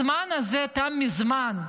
הזמן הזה תם מזמן.